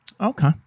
Okay